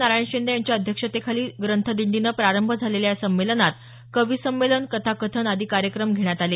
नारायण शिंदे यांच्या अध्यक्षतेखाली ग्रंथ दिंडीनं प्रारंभ झालेल्या या संमेलनात कवीसंमेलन कथाकथन आदी कार्यक्रम घेण्यात आले